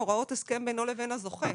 הוראות הסכם בינו לבין הזוכה.